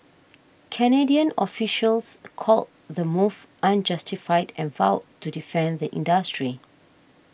Canadian officials called the move unjustified and vowed to defend the industry